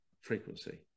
frequency